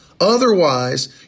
Otherwise